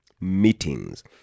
Meetings